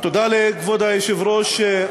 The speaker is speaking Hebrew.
תודה לכבוד היושב-ראש.